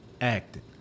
acted